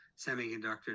semiconductors